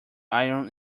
iron